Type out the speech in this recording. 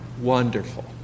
Wonderful